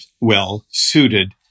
well-suited